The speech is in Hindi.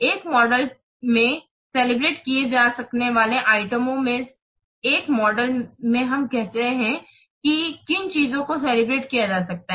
एक मॉडल में कैलिब्रेट किए जा सकने वाले आइटमों में एक मॉडल में हम कहते हैं कि किन चीजों को कैलिब्रेट किया जा सकता है